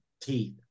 teeth